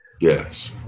Yes